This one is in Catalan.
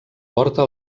porta